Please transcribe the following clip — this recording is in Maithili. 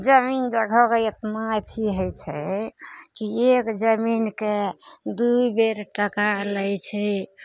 जमीन जगहके एतना अथी होइ छै कि एक जमीनके दू बेर टाका लै छै